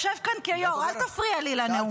אתה יושב כאן כיו"ר, אל תפריע לי לנאום.